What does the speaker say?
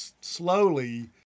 slowly